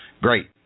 Great